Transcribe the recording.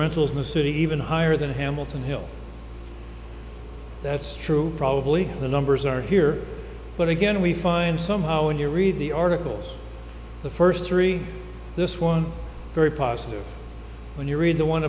rentals in the city even higher than hamilton hill that's true probably the numbers are here but again we find somehow when you read the articles the first three this one very positive when you read the one